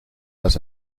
las